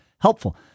helpful